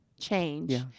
change